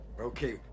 Okay